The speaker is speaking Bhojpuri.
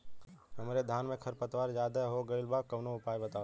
हमरे धान में खर पतवार ज्यादे हो गइल बा कवनो उपाय बतावा?